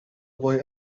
boy